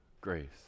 grace